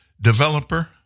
developer